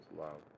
love